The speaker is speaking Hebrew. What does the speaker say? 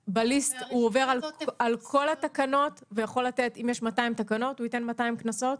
בליסט הוא עובר על כל התקנות ואם יש 200 תקנות הוא ייתן 200 קנסות?